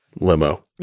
limo